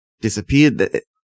disappeared